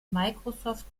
microsoft